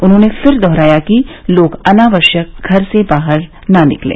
उन्होंने फिर दोहराया कि लोग अनावश्यक घर से बाहर न निकलें